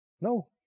No